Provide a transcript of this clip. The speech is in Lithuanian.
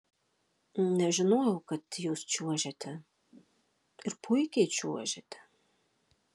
nežinojau kad jūs čiuožiate ir puikiai čiuožiate